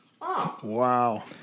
wow